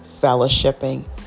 fellowshipping